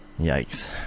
Yikes